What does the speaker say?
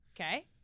Okay